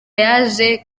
yaje